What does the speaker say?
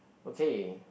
okay